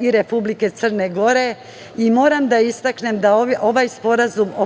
i republike Crne Gore, i moram da istaknem da ovaj Sporazum o